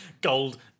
Gold